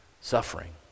suffering